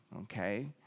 Okay